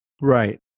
Right